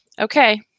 Okay